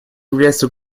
является